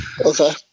Okay